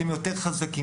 אתם יותר חזקים.